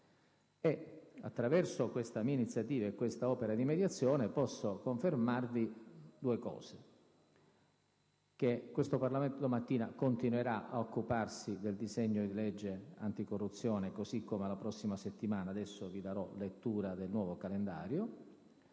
e, attraverso questa mia iniziativa e quest'opera di mediazione, posso confermarvi due cose: che quest'Assemblea domattina continuerà ad occuparsi del disegno di legge anticorruzione, così come la prossima settimana (adesso vi darò lettura del nuovo calendario);